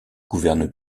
gouverne